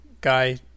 guy